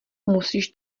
musíš